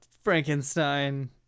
Frankenstein